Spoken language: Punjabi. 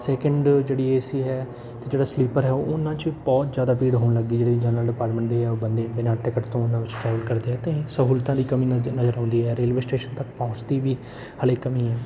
ਸੈਕਿੰਡ ਜਿਹੜੀ ਏ ਸੀ ਹੈ ਅਤੇ ਜਿਹੜਾ ਸਲੀਪਰ ਹੈ ਉਹਨਾਂ 'ਚ ਬਹੁਤ ਜ਼ਿਆਦਾ ਭੀੜ ਹੋਣ ਲੱਗ ਗਈ ਜਿਹੜੀ ਜਨਰਲ ਡਿਪਾਰਟਮੈਂਟ ਦੇ ਆ ਬੰਦੇ ਬਿਨਾ ਟਿਕਟ ਤੋਂ ਕਰਦੇ ਆ ਤਾਂ ਸਹੂਲਤਾਂ ਦੀ ਕਮੀ ਨਜ਼ ਨਜਰ ਆਉਂਦੀ ਹੈ ਰੇਲਵੇ ਸਟੇਸ਼ਨ ਤੱਕ ਪਹੁੰਚਦੀ ਵੀ ਹਾਲੇ ਕਮੀ ਹੈ